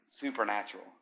supernatural